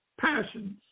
passions